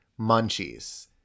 Munchies